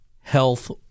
health